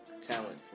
talent